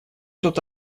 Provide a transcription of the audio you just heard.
тот